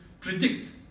predict